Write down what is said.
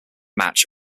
match